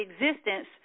existence